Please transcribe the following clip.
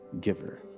giver